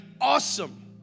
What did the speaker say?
awesome